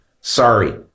Sorry